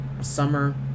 summer